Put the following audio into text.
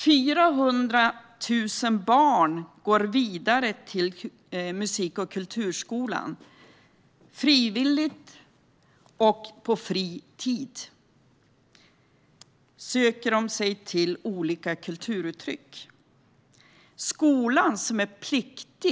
400 000 barn går vidare till musik och kulturskolan. Frivilligt och på fri tid söker de sig till olika kulturuttryck. Skolan, som är en plikt,